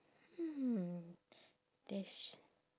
hmm there's